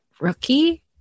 Rookie